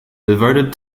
devoted